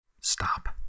stop